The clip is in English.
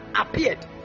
appeared